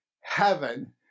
heaven